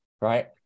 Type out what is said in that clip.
right